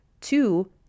two